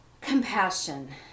Compassion